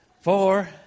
four